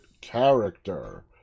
character